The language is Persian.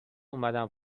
اومدم